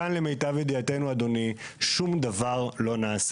יש בו פגיעה נוספת מעבר לפגיעה האנושה שספגו,